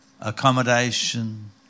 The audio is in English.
accommodation